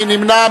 מי נמנע?